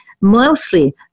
mostly